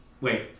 Wait